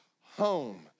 home